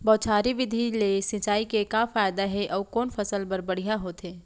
बौछारी विधि ले सिंचाई के का फायदा हे अऊ कोन फसल बर बढ़िया होथे?